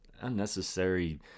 unnecessary